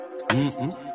Mm-mm